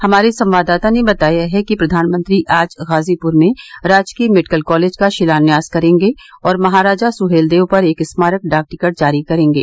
हमारे संवाददाता ने बताया है कि प्रधानमंत्री आज गाजीपूर में राजकीय मेडिकल कॉलेज का शिलान्यास करेंगे और महाराजा सुहेलदेव पर एक स्मारक डाक टिकट जारी करेंगे